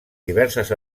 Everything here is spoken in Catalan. diverses